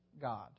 god